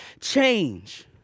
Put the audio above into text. change